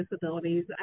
disabilities